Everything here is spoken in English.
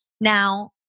Now